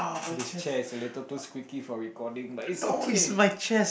this chair is too little squeaky for recording but it's okay